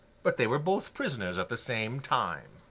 but they were both prisoners at the same time.